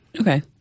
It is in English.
okay